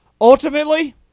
Ultimately